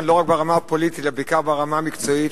לא רק ברמה הפוליטית אלא בעיקר ברמה המקצועית,